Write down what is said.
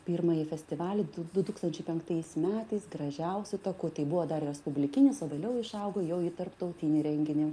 pirmąjį festivalį du du tūkstančiai penktais metais gražiausiu taku tai buvo dar respublikinis o vėliau išaugo jau į tarptautinį renginį